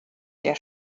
der